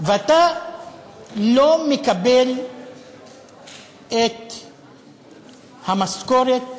ואתה לא מקבל את המשכורת